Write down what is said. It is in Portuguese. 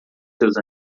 seus